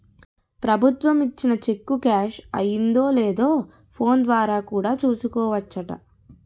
ప్రభుత్వం ఇచ్చిన cheque cash అయిందో లేదో ఫోన్ ద్వారా కూడా చూసుకోవచ్చట